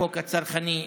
החוק הצרכני,